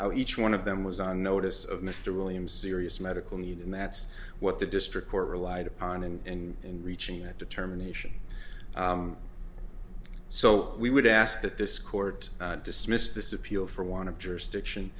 how each one of them was on notice of mr williams serious medical need and that's what the district court relied upon in reaching that determination so we would ask that this court dismiss this appeal for want of jurisdiction